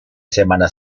semana